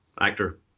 Actor